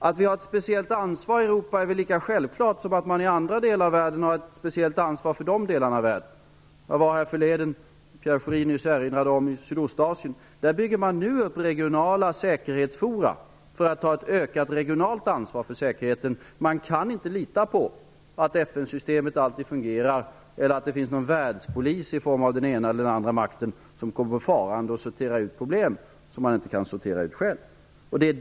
Att vi har ett speciellt ansvar i Europa är väl lika självklart som att man i andra delar av världen har ett speciellt ansvar för de delarna av världen. Jag var härförleden, som Pierre Schori nyss erinrade om, i Sydostasien. Där bygger man nu upp regionala säkerhetsforum för att ta ett ökat regionalt ansvar för säkerheten. Man kan inte lita på att FN-systemet alltid fungerar eller att det finns en världspolis i form av den ena eller andra makten som kommer farande och reder ut problem som man inte kan reda ut själv.